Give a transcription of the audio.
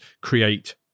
create